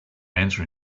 answer